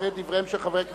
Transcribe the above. אחרי דבריהם של חברי כנסת,